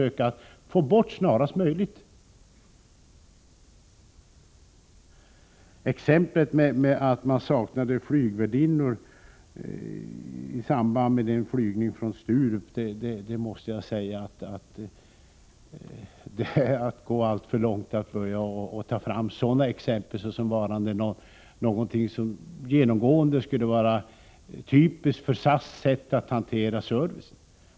Det är att gå alltför långt att ta fram sådana exempel som det att man saknade flygvärdinnor i samband med en flygning från Sturup och mena att det skulle vara genomgående och ett typiskt sätt för SAS att hantera servicen.